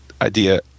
idea